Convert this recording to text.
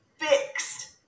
fixed